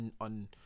on